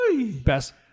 Best